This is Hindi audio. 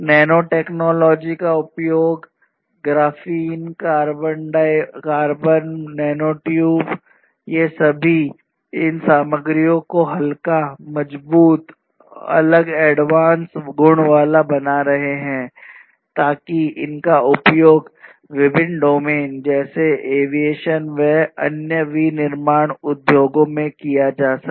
नैनो टेक्नोलॉजी का उपयोग ग्राफीन कार्बन नैनोट्यूब ये भी इन सामग्रियों को हल्का मजबूत अलग एडवांस गुण वाला बना रहे हैं ताकी इनका उपयोग विभिन्न डोमेन जैसे एविएशन एवं अन्य विनिर्माण उद्योगों में किया जा सके